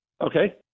Okay